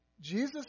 Jesus